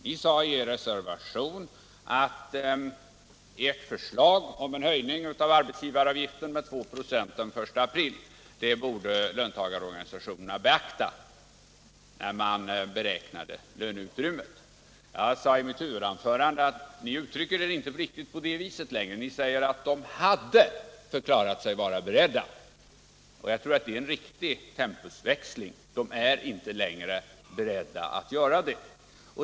Ni sade i er reservation att ert förslag om en höjning av arbetsgivaravgiften med 2 96 den 1 april borde beaktas av löntagarorganisationerna vid deras beräkning av löneutrymmet. Jag sade i mitt huvudanförande att ni inte längre uttrycker er riktigt på det viset. Ni säger i stället att löntagarorganisationerna hade förklarat sig vara beredda att beakta en sådan höjning, och jag tror att det är en riktig tempusväxling. De är inte längre beredda att göra det.